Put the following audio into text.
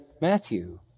Matthew